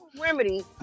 remedy